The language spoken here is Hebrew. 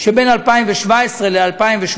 שבין 2017 ל-2018.